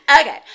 okay